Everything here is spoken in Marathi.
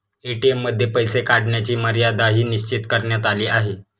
ए.टी.एम मध्ये पैसे काढण्याची मर्यादाही निश्चित करण्यात आली आहे